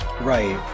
Right